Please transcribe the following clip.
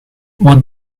what